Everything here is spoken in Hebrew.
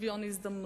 שוויון הזדמנויות.